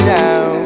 now